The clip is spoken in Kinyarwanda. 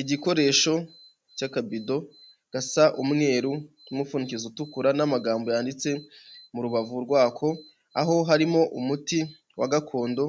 Igikoresho cy'akabido gasa umweru n' umupfundikizi utukura n'amagambo yanditse mu rubavu rwako, aho harimo umuti wa gakondo